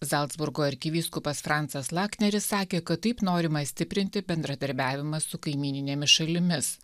zalcburgo arkivyskupas francas lakneris sakė kad taip norima stiprinti bendradarbiavimą su kaimyninėmis šalimis